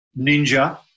Ninja